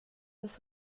des